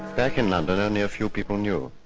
back in london, only a few people knew,